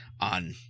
on